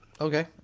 Okay